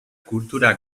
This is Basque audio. kultura